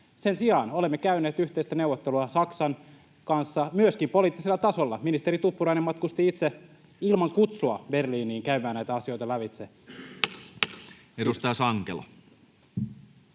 Sen sijaan olemme käyneet yhteistä neuvottelua Saksan kanssa, myöskin poliittisella tasolla. Ministeri Tuppurainen matkusti itse ilman kutsua Berliiniin käymään näitä asioita lävitse. [Puhemies